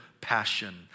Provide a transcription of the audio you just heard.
passion